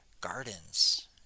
gardens